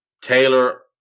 Taylor